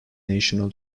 national